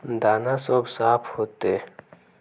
दाना सब साफ होते?